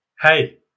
Hey